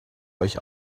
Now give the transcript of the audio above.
euch